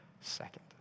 second